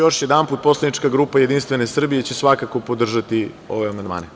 Još jedanput, poslanička grupa Jedinstvene Srbije će svakako podržati ove amandmane.